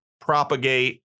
propagate